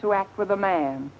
to act with a man